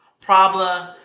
problem